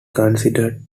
considered